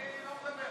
אני לא מדבר.